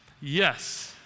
Yes